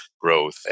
growth